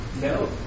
No